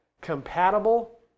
compatible